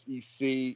SEC